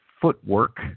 footwork